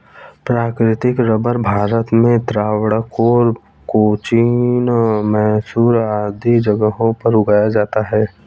प्राकृतिक रबर भारत में त्रावणकोर, कोचीन, मैसूर आदि जगहों पर उगाया जाता है